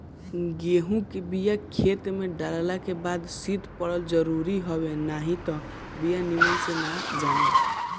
गेंहू के बिया खेते में डालल के बाद शीत पड़ल जरुरी हवे नाही त बिया निमन से ना जामे